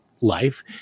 life